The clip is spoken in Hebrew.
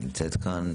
נמצאת כאן,